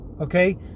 Okay